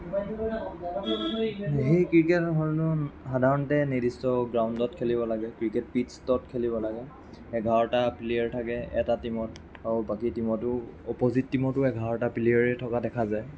সেই ক্ৰিকেট খেলখন সাধাৰণতে নিৰ্দিষ্ট গ্ৰাউণ্ডত খেলিব লাগে ক্ৰিকেট পিচ্ছ'ত খেলিব লাগে এঘাৰটা প্লেয়াৰ থাকে এটা টিমত আৰু বাকী টিমতো অপ'জিত টিমতো এঘাৰটা প্লেয়াৰে থকা দেখা যায়